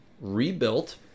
rebuilt